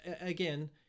again